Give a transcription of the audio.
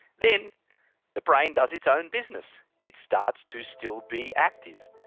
then the brain does its own business, it starts to still be active,